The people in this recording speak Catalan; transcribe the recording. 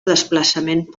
desplaçament